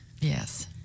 Yes